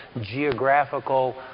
geographical